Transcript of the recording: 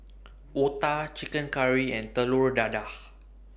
Otah Chicken Curry and Telur Dadah